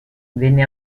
venne